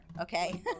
Okay